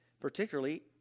particularly